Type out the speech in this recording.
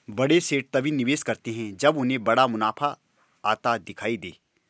बड़े सेठ तभी निवेश करते हैं जब उन्हें बड़ा मुनाफा आता दिखाई दे